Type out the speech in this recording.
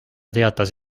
teatas